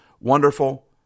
Wonderful